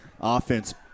offense